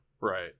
Right